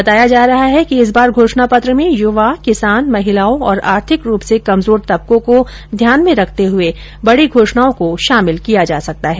बताया जा रहा है कि इस बार घोषणा पत्र में युवा किसान महिलाओं और आर्थिक रूप से कमजोर तबको को ध्यान में रखते हए बड़ी घोषणाओं को शामिल किया जा सकता है